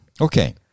Okay